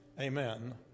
Amen